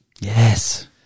Yes